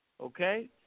okay